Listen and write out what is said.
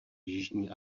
jižní